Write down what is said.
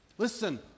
Listen